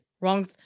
wrong